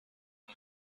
ein